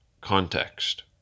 context